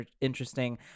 interesting